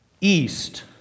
East